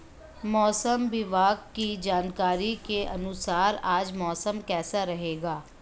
मौसम विभाग की जानकारी के अनुसार आज मौसम कैसा रहेगा?